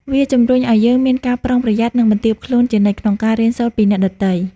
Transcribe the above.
វាជំរុញឲ្យយើងមានការប្រុងប្រយ័ត្ន និងបន្ទាបខ្លួនជានិច្ច ក្នុងការរៀនសូត្រពីអ្នកដទៃ។